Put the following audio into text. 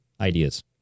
ideas